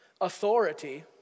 authority